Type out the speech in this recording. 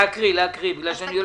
נקריא כי אני הולך